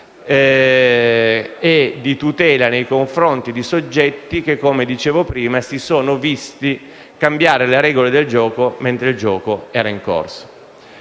e di tutela nei confronti di soggetti che, come dicevo prima, si sono visti cambiare le regole del gioco mentre il gioco era in corso.